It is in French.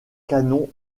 canons